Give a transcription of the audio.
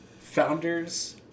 founders